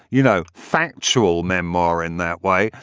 you know, factual memoir in that way,